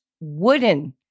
wooden